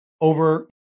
over